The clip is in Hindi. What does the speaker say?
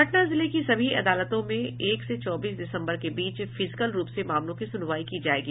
पटना जिले की सभी अदालतों में एक से चौबीस दिसम्बर के बीच फिजिकल रूप से मामलों की सुनवाई की जायेगी